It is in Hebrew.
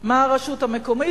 מה הרשות המקומית,